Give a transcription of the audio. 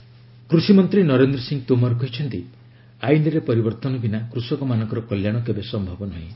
Tomar farm bill କୃଷିମନ୍ତ୍ରୀ ନରେନ୍ଦ୍ର ସିଂହ ତୋମର କହିଛନ୍ତି ଆଇନ୍ରେ ପରିବର୍ତ୍ତନ ବିନା କୃଷକମାନଙ୍କର କଲ୍ୟାଣ କେବେ ସମ୍ଭବ ନୁହେଁ